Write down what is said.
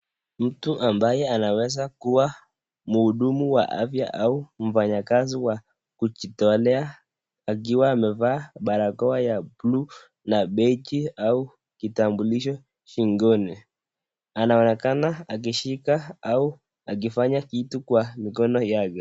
Mtu ambaye anaweza kuwa mhudumu wa afya au mfanyakazi wa kujitolea akiwa amevaa barakoa ya bluu na beji au kitambulisho shingoni. Anaonekana akishika au akifanya kitu kwa mkono yake.